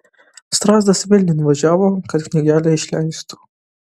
strazdas vilniun važiavo kad knygelę išleistų